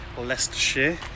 Leicestershire